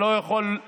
יכולה